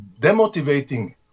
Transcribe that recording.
demotivating